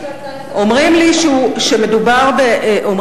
עובדה שזו הצעה לסדר,